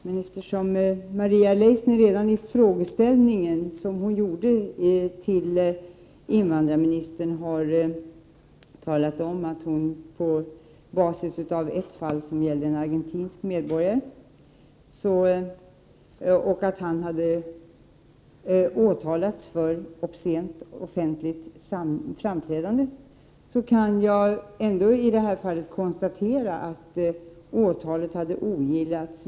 Men eftersom Maria Leissner redan i sin fråga till invandrarministern har tagit upp den här saken på basis av ett fall som gäller en argentinsk medborgare som åtalats för ”obscen offentlig framställning”, kan jag i det här fallet konstatera att åtalet hade ogillats.